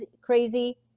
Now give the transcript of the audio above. crazy